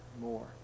more